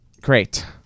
Great